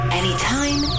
anytime